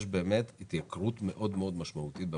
יש באמת התייקרות מאוד מאוד משמעותית במשק.